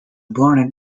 born